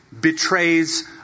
betrays